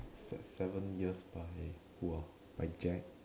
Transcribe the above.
se~ seven years by who ah by Jack